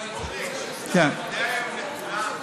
אתה מודה היום לכולם.